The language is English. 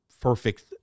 perfect